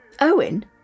Owen